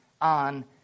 on